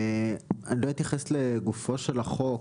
אני לא אתייחס לגופו של החוק,